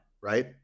right